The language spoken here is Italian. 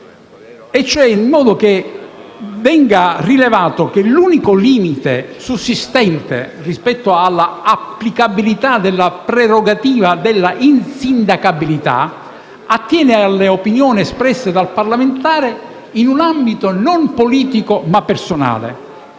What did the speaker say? esposizione formale. «L'unico limite sussistente rispetto all'applicabilità della prerogativa di insindacabilità attiene alle opinioni espresse dal parlamentare in un ambito non politico ma personale